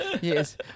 yes